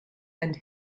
and